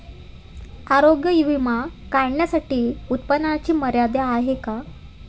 आरोग्य विमा काढण्यासाठी उत्पन्नाची मर्यादा आहे का?